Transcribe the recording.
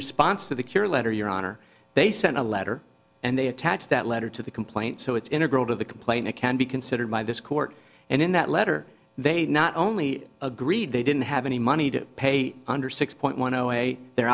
response to the cure letter your honor they sent a letter and they attached that letter to the complaint so it's integral to the complaint it can be considered by this court and in that letter they not only agreed they didn't have any money to pay under six point one zero a their